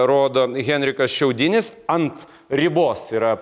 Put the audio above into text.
rodo henrikas šiaudinis ant ribos yra